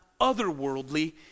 otherworldly